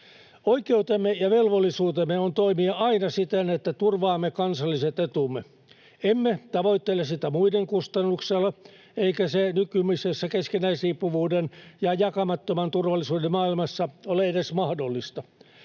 Oikeutemme ja velvollisuutemme on toimia aina siten, että turvaamme kansalliset etumme. Emme tavoittele sitä muiden kustannuksella, eikä se nykyisessä keskinäisriippuvuuden ja jakamattoman turvallisuuden maailmassa ole edes mahdollista.